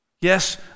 yes